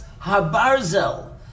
habarzel